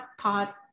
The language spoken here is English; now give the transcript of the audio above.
thought